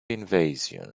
invasion